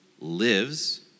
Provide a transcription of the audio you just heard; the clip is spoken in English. lives